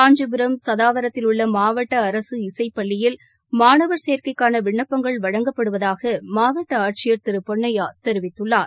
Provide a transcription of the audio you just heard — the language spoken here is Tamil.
காஞ்சிபுரம் சதாவரத்தில் உள்ள மாவட்ட அரசு இசைப்பள்ளியில் மாணவர் சேர்க்கைக்கான விண்ணப்பங்கள் வழங்கப்படுவதாக மாவட்ட ஆட்சியர் திரு பொன்னையா தெரிவித்துள்ளார்